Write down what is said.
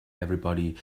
everybody